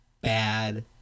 bad